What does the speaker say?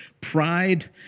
pride